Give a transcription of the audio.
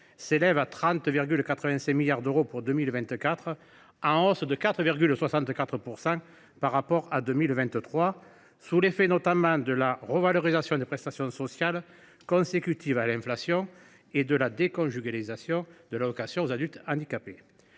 s’élèvent à 30,85 milliards d’euros, en hausse de 4,64 % par rapport à 2023, sous l’effet notamment de la revalorisation des prestations sociales consécutive à l’inflation et de la déconjugalisation de l’allocation aux adultes handicapés.